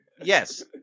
Yes